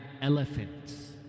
elephants